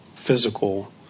physical